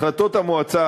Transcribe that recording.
החלטת המועצה,